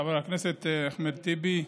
חבר הכנסת אחמד טיבי,